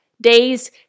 Days